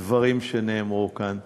הדברים שנאמרו כאן.